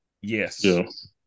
Yes